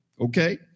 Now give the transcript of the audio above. okay